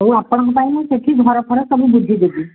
ହଉ ଆପଣଙ୍କ ପାଇଁ ମୁଁ ସେଠି ଘରଫର ସବୁ ବୁଝିଦେବି